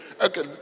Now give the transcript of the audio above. okay